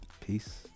peace